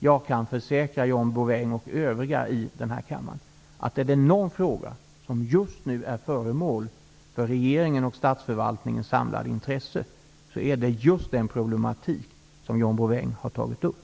Jag kan försäkra John Bouvin och övriga i kammaren om, att är det någon fråga som nu är föremål för regeringens och statsförvaltningens samlade intresse, så är det just den problematik som John Bouvin har tagit upp.